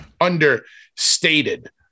understated